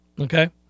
Okay